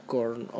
Corn